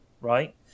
right